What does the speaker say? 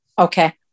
Okay